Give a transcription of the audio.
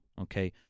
okay